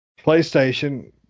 PlayStation